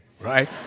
right